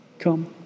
come